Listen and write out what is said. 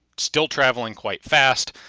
still traveling quite fast.